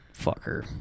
fucker